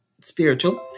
spiritual